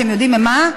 אתם יודעים ממה?